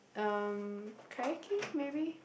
um kayaking maybe